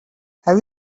have